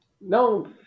No